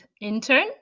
intern